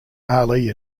ali